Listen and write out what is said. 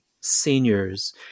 seniors